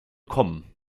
kommen